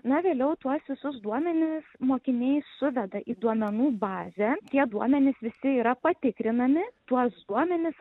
na vėliau tuos visus duomenis mokiniai suveda į duomenų bazę tie duomenys visi yra patikrinami tuos duomenis